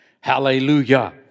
Hallelujah